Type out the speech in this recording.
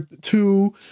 two